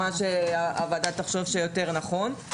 כפי שהוועדה תחשוב שיותר נכון.